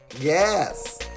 Yes